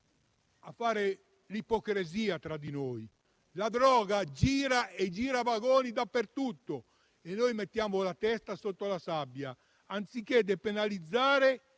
C'è ipocrisia fra di noi. La droga gira a vagonate dappertutto e noi mettiamo la testa sotto la sabbia, anziché depenalizzare,